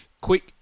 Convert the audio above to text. quick